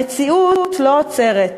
המציאות לא עוצרת.